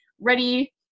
ready